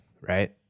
right